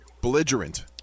Belligerent